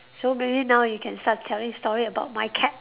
so maybe now you can start telling story about my cat